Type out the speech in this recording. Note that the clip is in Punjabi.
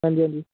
ਹਾਂਜੀ ਹਾਂਜੀ